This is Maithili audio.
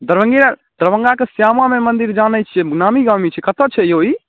दरभङ्गे दरभङ्गाके श्यामा माइ मन्दिर जानै छिए नामी गामी छै कतऽ छै यौ ई